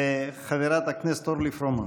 חברת הכנסת אורלי פרומן.